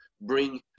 bring